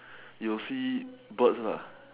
you will see birds lah